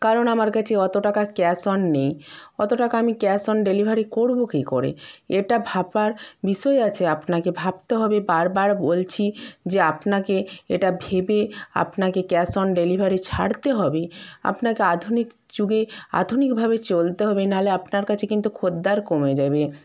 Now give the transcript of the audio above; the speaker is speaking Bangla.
কারণ আমার কাছে অতো টাকা ক্যাশ অন নেই অত টাকা আমি ক্যাশ অন ডেলিভারি করবো কী করে এটা ভাববার বিষয় আছে আপনাকে ভাবতে হবে বার বার বলছি যে আপনাকে এটা ভেবে আপনাকে ক্যাশ অন ডেলিভারি ছাড়তে হবে আপনাকে অধুনিক যুগে আধুনিকভাবে চলতে হবে নাহলে আপনার কাছে কিন্তু খদ্দের কমে যাবে